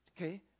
Okay